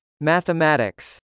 Mathematics